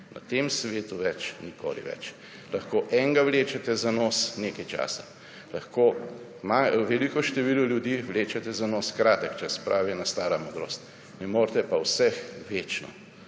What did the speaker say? Na tem svetu nikoli več. Lahko enega vlečete za nos nekaj časa, lahko veliko število ljudi vlečete za nos kratek čas, pravi ena stara modrost, ne morete pa vseh večno.